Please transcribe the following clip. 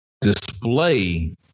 display